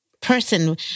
person